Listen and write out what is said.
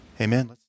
amen